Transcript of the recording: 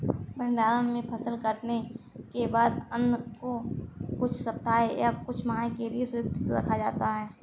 भण्डारण में फसल कटने के बाद अन्न को कुछ सप्ताह या कुछ माह के लिये सुरक्षित रखा जाता है